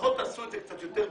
לפחות תעשו את זה קצת יותר בעידון.